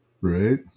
Right